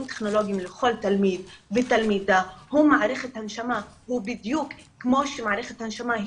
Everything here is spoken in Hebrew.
טכנולוגיים לכל תלמיד ותלמידה זה כמו מערכת הנשמה.